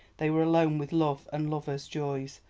they were alone with love and lovers' joys,